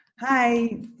Hi